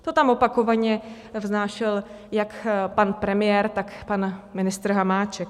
To tam opakovaně vznášel jak pan premiér, tak pan ministr Hamáček.